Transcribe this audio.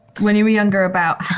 when you were younger about